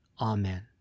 Amen